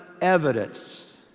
evidence